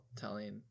telling